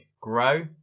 grow